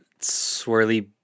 swirly